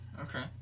Okay